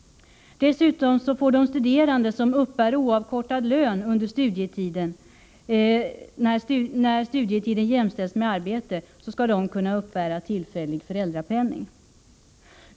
För de studerande som uppbär oavkortad lön under studietiden, skall studietiden kunna jämställas med arbete, så att de kan erhålla tillfällig föräldrapenning.